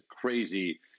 crazy